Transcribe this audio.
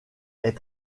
est